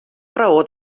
raó